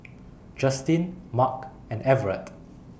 Justin Marc and Everette